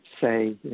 say